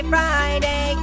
Friday